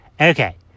Okay